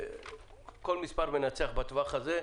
כל מספר מנצח בטווח הזה,